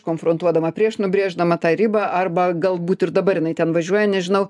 konfrontuodama prieš nubrėždama tą ribą arba galbūt ir dabar jinai ten važiuoja nežinau